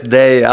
day